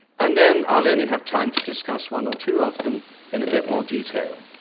and then i'll only have time to discuss one or two of them in a bit more detail.